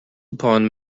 upon